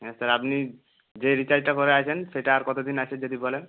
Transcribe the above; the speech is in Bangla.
হ্যাঁ স্যার আপনি যে রিচার্জটা করা আছে সেটা আর কত দিন আছে যদি বলেন